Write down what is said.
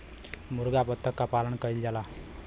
मुरगा बत्तख क पालन कइल जाला